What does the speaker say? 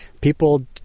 people